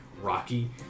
rocky